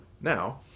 Now